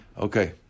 Okay